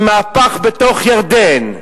עם מהפך בתוך ירדן,